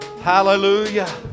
Hallelujah